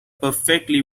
perfectly